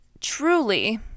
truly